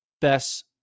best